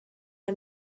are